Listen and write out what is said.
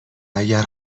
اگر